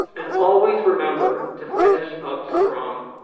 and always remember to finish up strong.